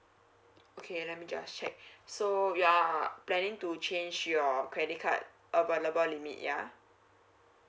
okay let me just check so you are planning to change your credit card available limit yeah